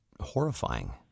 horrifying